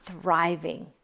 thriving